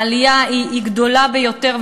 העלייה גדולה ביותר,